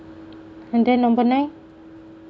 and then number nine